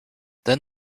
then